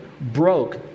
broke